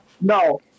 no